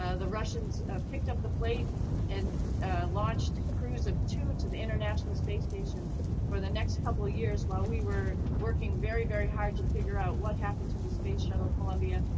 ah the russians picked up the plate and launched cruise of two to the international space station for the next couple of years, while we were working very, very hard to figure out what happened to the space shuttle columbia?